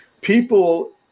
people